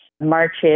marches